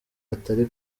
atari